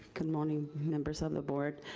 good morning, members of the board.